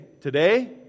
today